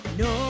no